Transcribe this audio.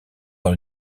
dans